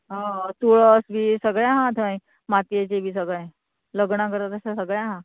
हय तुळस बी सगळें आहा थंय मातयेचें बी सगळें लग्न करतां तशें सगळें आहा